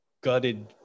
gutted